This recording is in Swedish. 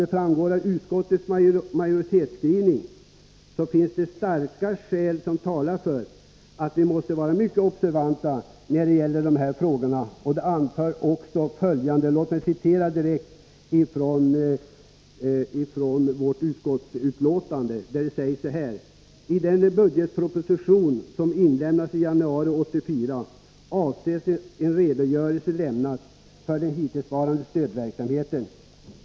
Som framgår av utskottets majoritetsskrivning finns det starka skäl som talar för att vi måste vara mycket observanta när det gäller dessa frågor, och utskottet anför följande i betänkandet: ”I den budgetproposition som avlämnas i januari 1984 avses en redogörelse lämnas för den hittillsvarande stödverksamheten.